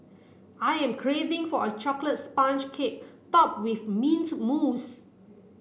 I am craving for a chocolate sponge cake topped with mint mousse